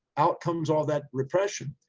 out comes all that repression.